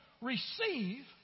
receive